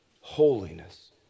Holiness